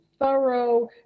thorough